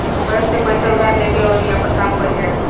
bank से पइसा उधार लेके अउरी आपन काम कईल जाला